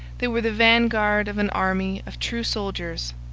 they were the vanguard of an army of true soldiers,